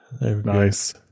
Nice